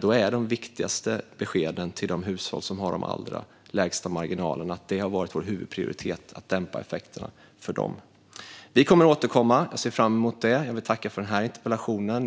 Då är det viktigaste beskedet till de hushåll som har de allra minsta marginalerna att det har varit vår huvudprioritet att dämpa effekterna för dem. Vi kommer att återkomma, och jag ser fram emot det. Jag vill tacka för den här interpellationen.